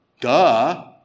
Duh